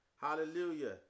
hallelujah